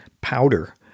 powder